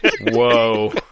Whoa